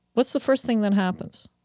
what's the first thing that happens?